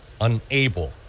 unable